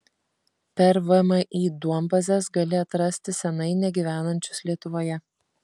per vmi duombazes gali atrasti senai negyvenančius lietuvoje